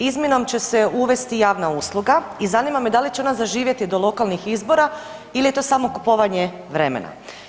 Izmjenom će se uvesti javna usluga i zanima me da li će ona zaživjeti do lokalnih izbora ili je to samo kupovanje vremena.